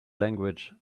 language